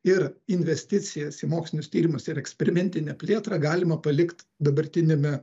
ir investicijas į mokslinius tyrimus ir eksperimentinę plėtrą galima palikt dabartiniame